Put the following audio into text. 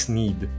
need